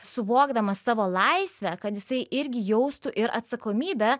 suvokdamas savo laisvę kad jisai irgi jaustų ir atsakomybę